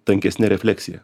tankesne refleksija